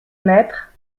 naître